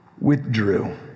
withdrew